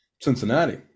Cincinnati